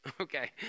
Okay